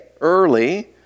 early